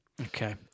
okay